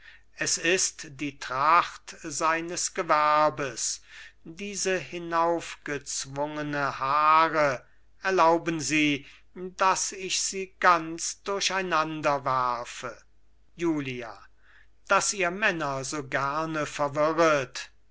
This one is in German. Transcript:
es ist die tracht seines gewerbes diese hinaufgezwungene haare erlauben sie daß ich sie ganz durcheinanderwerfe julia daß ihr männer so gerne verwirret